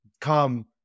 come